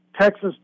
Texas